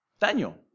Daniel